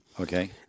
Okay